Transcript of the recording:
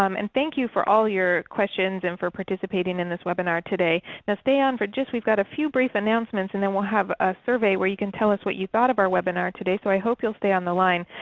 um and thank you for all your questions and for participating in this webinar today. now stay on for just a few brief announcements and then we'll have a survey where you can tell us what you thought of our webinar today. so i hope you'll stay on the line.